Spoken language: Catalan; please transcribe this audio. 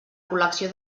col·lecció